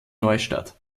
neustadt